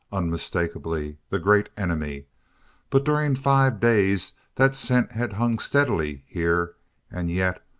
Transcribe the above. unmistakably the great enemy but during five days that scent had hung steadily here and yet,